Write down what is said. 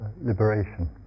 Liberation